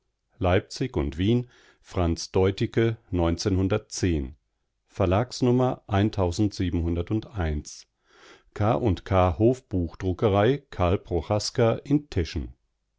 leipzig und wien franz verlag nummer und k und k hofbuchdruckerei karl prochaska in teschen